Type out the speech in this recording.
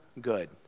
good